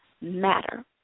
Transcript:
matter